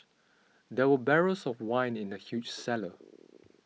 there were barrels of wine in the huge cellar